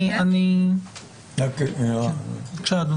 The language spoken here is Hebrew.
בבקשה.